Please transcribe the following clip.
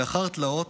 לאחר תלאות,